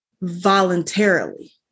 voluntarily